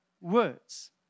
words